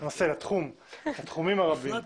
לתחום, לתחומים הרבים.